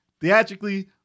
theatrically